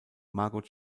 margot